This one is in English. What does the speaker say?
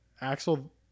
Axel